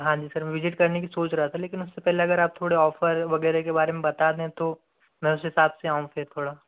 हाँ जी सर में विजिट करने की सोच रहा था लेकिन उससे पहले अगर आप थोड़े ऑफर वगैरह के बारे में बता दें तो मैं उस हिसाब से आऊं फिर थोड़ा